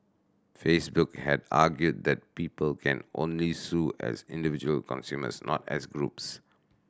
Facebook had argued that people can only sue as individual consumers not as groups